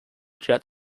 jet